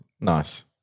Nice